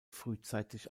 frühzeitig